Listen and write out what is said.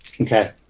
Okay